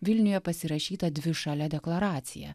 vilniuje pasirašytą dvišalę deklaraciją